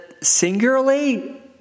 singularly